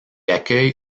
accueille